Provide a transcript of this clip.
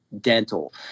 dental